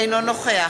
אינו נוכח